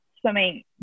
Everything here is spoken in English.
swimming